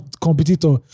competitor